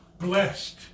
Blessed